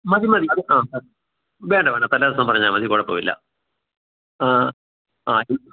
മതി മതി അത് ആ വേണ്ട വേണ്ട തലേദിവസം പറഞ്ഞാൽമതി കുഴപ്പമില്ല ആ ആ അത്